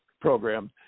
program